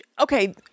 okay